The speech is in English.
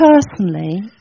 personally